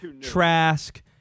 Trask